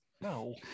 No